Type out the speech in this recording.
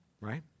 right